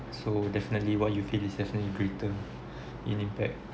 so definitely what you feel is definitely greater in impact